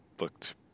looked